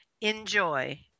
Enjoy